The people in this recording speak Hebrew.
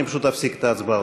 אני פשוט אפסיק את ההצבעות.